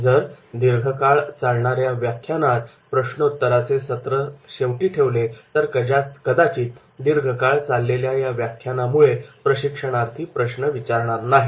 जर दीर्घकाळ चालणाऱ्या व्याख्यानात प्रश्नोत्तराचे सत्र जर शेवटी ठेवले तर कदाचित दीर्घकाळ चाललेल्या या व्याख्यानामुळे प्रशिक्षणार्थी प्रश्न विचारणार नाहीत